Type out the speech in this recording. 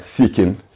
seeking